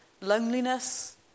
loneliness